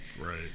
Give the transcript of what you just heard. Right